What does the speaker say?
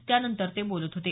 त्यानंतर ते बोलत होते